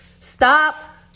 Stop